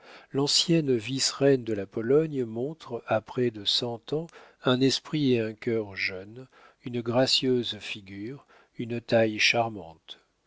l'ancienne vice reine de la pologne montre à près de cent ans un esprit et un cœur jeunes une gracieuse figure une taille charmante